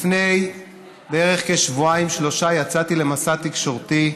לפני בערך שבועיים-שלושה יצאתי למסע תקשורתי.